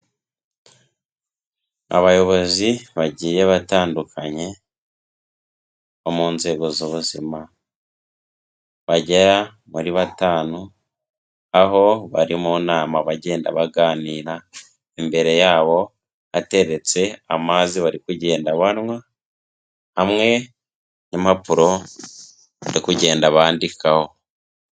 Abayobozi bagiye batandukanye, bo mu nzego z'ubuzima, bagera muri batanu, aho bari mu nama bagenda baganira, imbere yabo hateretse amazi bari kugenda banwa, hamwe n'impapuro zo kugenda bandikaho.